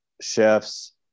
chefs